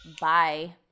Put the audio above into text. Bye